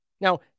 Now